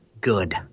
Good